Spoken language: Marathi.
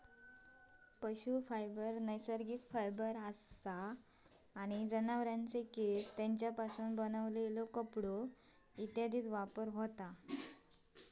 पशू फायबर नैसर्गिक फायबर असा आणि जनावरांचे केस, तेंच्यापासून बनलेला कपडा इत्यादीत वापर होता